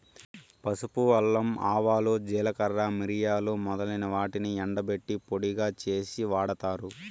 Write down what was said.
పసుపు, అల్లం, ఆవాలు, జీలకర్ర, మిరియాలు మొదలైన వాటిని ఎండబెట్టి పొడిగా చేసి వాడతారు